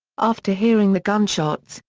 after hearing the gunshots,